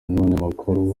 n’abanyamakuru